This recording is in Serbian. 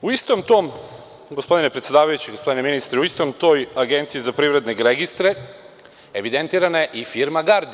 U istom toj, gospodine predsedavajući, gospodine ministre, u istoj toj Agenciji za privredne registre evidentirana je i firma „Gardi“